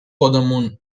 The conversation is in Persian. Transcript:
خودمون